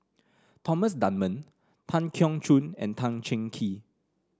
Thomas Dunman Tan Keong Choon and Tan Cheng Kee